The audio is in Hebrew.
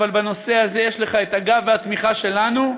אבל בנושא הזה יש לך גב ותמיכה שלנו,